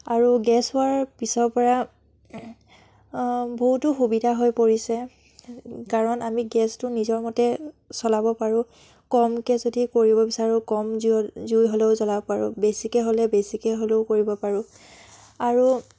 আৰু গেছ হোৱাৰ পিছৰপৰা বহুতো সুবিধা হৈ পৰিছে কাৰণ আমি গেছটো নিজৰ মতে চলাব পাৰোঁ কমকৈ যদি কৰিব বিচাৰোঁ কম জুই জুই হ'লেও জ্বলাব পাৰোঁ বেছিকৈ হ'লে বেছিকৈ হ'লেও কৰিব পাৰোঁ আৰু